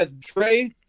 Trey